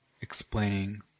explaining